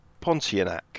Pontianak